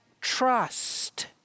trust